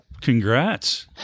congrats